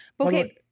Okay